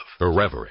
Irreverent